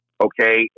Okay